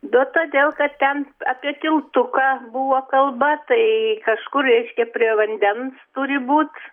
nu todėl kas ten apie tiltuką buvo kalba tai kažkur reiškia prie vandens turi būt